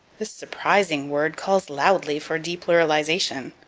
this surprising word calls loudly for depluralization.